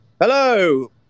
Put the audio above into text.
Hello